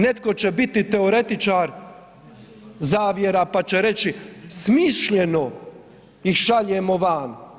Netko će biti teoretičar zavjera pa će reći smišljeno ih šaljemo van.